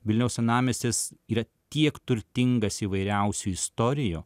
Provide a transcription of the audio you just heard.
vilniaus senamiestis yra tiek turtingas įvairiausių istorijų